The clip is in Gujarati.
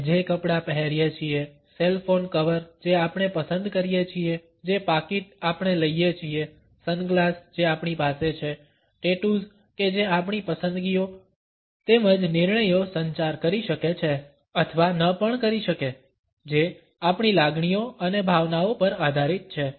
આપણે જે કપડાં પહેરીએ છીએ સેલફોન કવર જે આપણે પસંદ કરીએ છીએ જે પાકીટ આપણે લઈએ છીએ સનગ્લાસ જે આપણી પાસે છે ટેટૂઝ કે જે આપણી પસંદગીઓ તેમજ નિર્ણયો સંચાર કરી શકે છે અથવા ન પણ કરી શકે જે આપણી લાગણીઓ અને ભાવનાઓ પર આધારિત છે